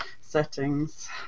settings